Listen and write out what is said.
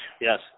Yes